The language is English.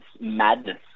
madness